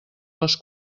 les